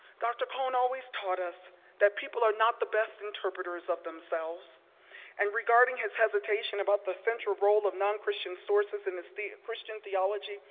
dr. cone always taught us that people are not the best interpreters of themselves and regarding his hesitation about the central role of non-christian sources in his christian theology,